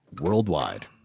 worldwide